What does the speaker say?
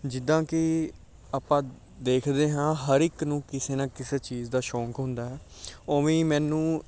ਜਿੱਦਾਂ ਕਿ ਆਪਾਂ ਦੇਖਦੇ ਹਾਂ ਹਰ ਇੱਕ ਨੂੰ ਕਿਸੇ ਨਾ ਕਿਸੇ ਚੀਜ਼ ਦਾ ਸ਼ੌਕ ਹੁੰਦਾ ਹੈ ਉਵੇਂ ਹੀ ਮੈਨੂੰ